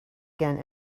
again